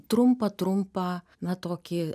trumpą trumpą na tokį